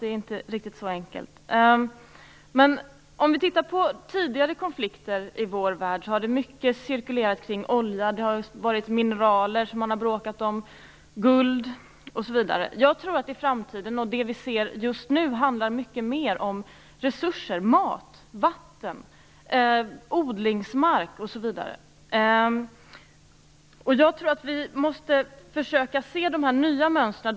Det är inte riktigt så enkelt. Tittar vi på tidigare konflikter i vår värld har det till stor del handlat om olja, och man har bråkat om mineraler, guld osv. Jag tror att det i framtiden, liksom just nu, kommer att handla mycket mer om resurser - mat, vatten, odlingsmark osv. Jag tror att vi måste försöka se de här nya mönstren.